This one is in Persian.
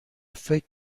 فکر